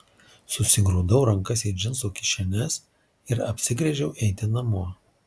susigrūdau rankas į džinsų kišenes ir apsigręžiau eiti namo